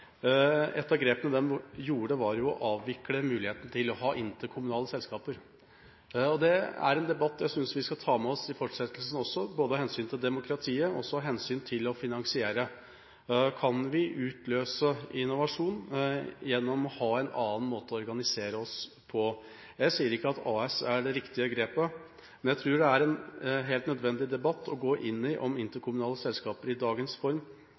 av grepene de gjorde, var å avvikle muligheten til å ha interkommunale selskaper. Det er en debatt jeg synes vi skal ta med oss i fortsettelsen, både av hensyn til demokratiet og av hensyn til å finansiere. Kan vi utløse innovasjon gjennom å ha en annen måte å organisere oss på? Jeg sier ikke at AS er det riktige grepet, men jeg tror det er en helt nødvendig debatt å gå inn i, om interkommunale selskaper i dagens form